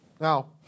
Now